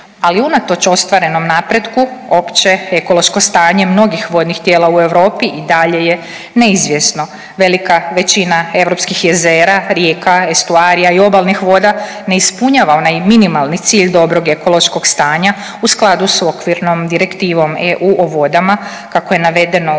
ali unatoč ostvarenom napretku opće ekološko stanje mnogih vodnih tijela u Europi i dalje je neizvjesno. Velika većina europskih jezera, rijeka, estuarija i obalnih voda ne ispunjava onaj minimalni cilj dobrog ekološkog stanja u skladu s okvirnom Direktivom EU o vodama kako je navedeno u